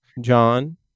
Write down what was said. John